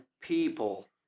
people